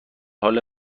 حال